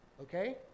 Okay